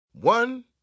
One